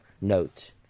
note